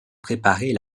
préparer